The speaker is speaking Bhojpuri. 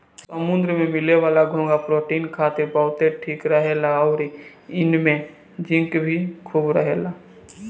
समुंद्र में मिले वाला घोंघा प्रोटीन खातिर बहुते ठीक रहेला अउरी एइमे जिंक भी खूब रहेला